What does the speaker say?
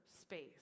space